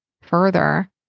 further